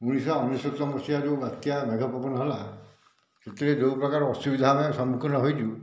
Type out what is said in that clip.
ଉଣେଇଶ ଶହ ଅନେଶ୍ୱତ ମସିହାରୁ ବାତ୍ୟା ମେଘ ପବନ ହେଲା ସେଥିରେ ଯେଉଁ ପ୍ରକାରର ଅସୁବିଧା ର ଆମେ ସମ୍ମୁଖୀନ ହୋଇଛୁ